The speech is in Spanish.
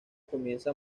comienza